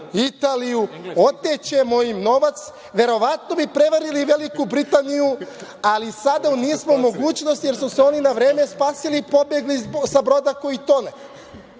Italiju, otećemo im novac. Verovatno bi prevarili i Veliku Britaniju, ali sada nismo u mogućnosti, jer su se oni na vreme spasili i pobegli sa broda koji